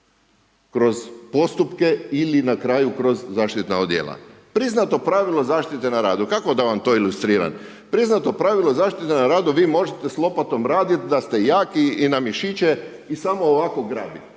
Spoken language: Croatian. kroz postupke ili na kraju kroz zaštitna odijela. Priznato pravilo zaštite na radu. Kako da vam to ilustriram? Priznato pravilo zaštite na radu, vi možete s lopatom radit da ste jaki i na mišiće i samo ovako grabit.